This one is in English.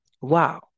Wow